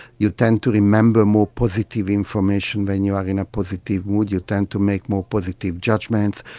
you tend to remember more positive information when you are in a positive mood, you tend to make more positive judgements.